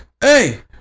hey